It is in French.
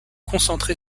concentré